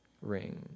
ring